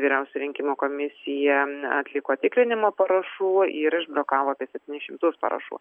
vyriausioji rinkimų komisija atliko tikrinimą parašų ir išbrokavo apie septynis šimtus parašų